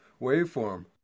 Waveform